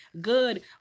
good